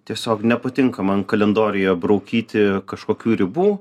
tiesiog nepatinka man kalendoriuje braukyti kažkokių ribų